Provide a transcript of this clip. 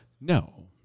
No